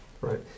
Right